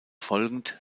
folgend